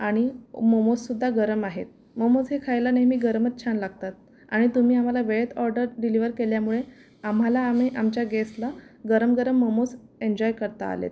आणि मोमोजसुद्धा गरम आहेत मोमोज हे खायला नेहमी गरमच छान लागतात आणि तुम्ही आम्हाला वेळेत ऑडर डिलिवर केल्यामुळे आम्हाला आम्ही आमच्या गेस्तला गरम गरम मोमोज एन्जॉय करता आलेत